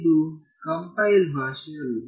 ಇದು compiled ಭಾಷೆಯಲ್ಲ